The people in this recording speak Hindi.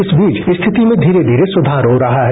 इस बीच स्थिति में धीरे धीरे सुधार हो रहा है